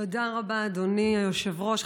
תודה רבה, אדוני היושב-ראש.